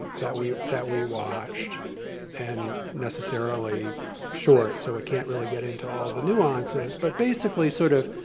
that we that we watched and necessarily short, so it can't really get into all the nuances, but basically, sort of,